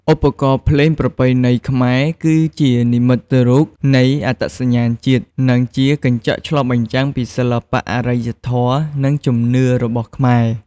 ឧបករណ៍ភ្លេងប្រពៃណីខ្មែរ គឺជានិមិត្តរូបនៃអត្តសញ្ញាណជាតិ និងជាកញ្ចក់ឆ្លុះបញ្ចាំងពីសិល្បៈ អរិយធម៌ និងជំនឿរបស់ខ្មែរ។